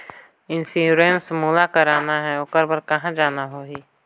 Insurance मोला कराना हे ओकर बार कहा जाना होही?